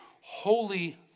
holy